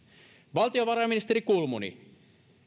valtiovarainministeri kulmuni